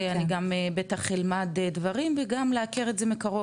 אני גם בטח אלמד דברים וגם להכיר את זה מקרוב,